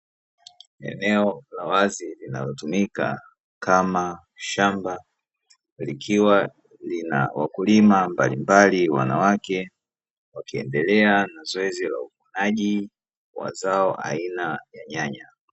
Eneo la wazi linalotumika kama shamba likiwa linawakulima mbalimbali wanawake wakiendelea na zoezi la uvunaji la wa aina ya nyanya.